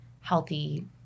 healthy